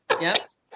Yes